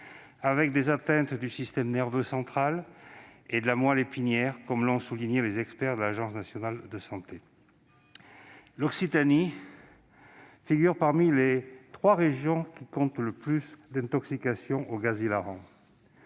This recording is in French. avec des atteintes du système nerveux central et de la moelle épinière, comme l'ont souligné les experts de l'ANSM. L'Occitanie figure parmi les trois régions qui comptent le plus d'intoxications au gaz hilarant.